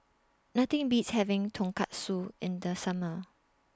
Nothing Beats having Tonkatsu in The Summer